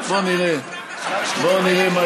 אין לך שום דבר שאתה רוצה להעביר.